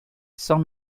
sans